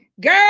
girl